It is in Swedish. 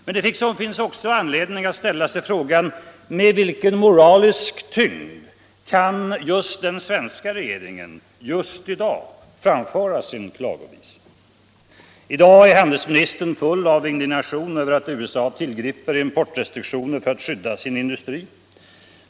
Men det finns också anledning att ställa sig frågande: Med vilken moralisk tyngd kan just den svenska regeringen just i dag framföra sin klagovisa? I dag är handelsministern full av indignation över att USA tillgriper importrestriktioner för att skydda sin industri.